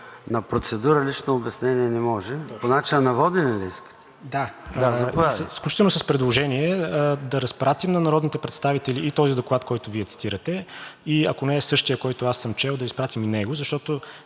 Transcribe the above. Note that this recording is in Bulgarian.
на процедура лично обяснение не може. По начина на водене ли искате? Да, заповядайте. БОЖИДАР БОЖАНОВ (ДБ): Да, включително с предложение да разпратим на народните представители и този доклад, който Вие цитирате, и ако не е същият, който аз съм чел, да изпратим него, защото